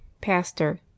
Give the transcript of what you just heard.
Pastor